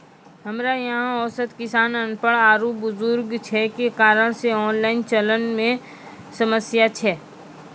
हमरा यहाँ औसत किसान अनपढ़ आरु बुजुर्ग छै जे कारण से ऑनलाइन चलन मे समस्या छै?